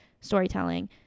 storytelling